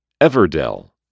Everdell